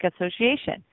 Association